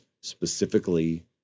specifically